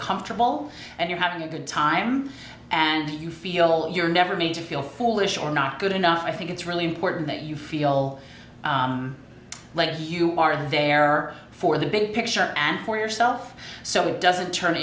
comfortable and you're having a good time and you feel that you're never made to feel foolish or not good enough i think it's really important that you feel like you are there are for the big picture and for yourself so it doesn't turn